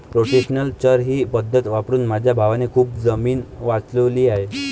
rotational चर ही पद्धत वापरून माझ्या भावाने खूप जमीन वाचवली आहे